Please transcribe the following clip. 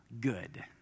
good